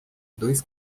dois